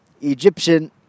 Egyptian